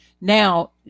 Now